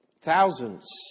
thousands